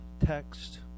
text